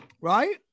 Right